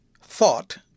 Thought